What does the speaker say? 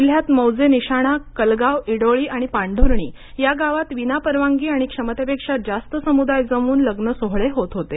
जिल्ह्यात मौजे निशाणा कलगांव ईडोळी आणि पांढूर्णी या गावात विना परवानगी आणि क्षमतेपेक्षा जास्त समुदाय जमवून लग्न सोहळे होत होते